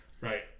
right